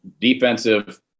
defensive